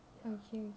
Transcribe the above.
okay